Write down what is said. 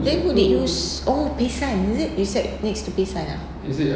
then who did you s~ oh pi san is it you sat next to pi san ah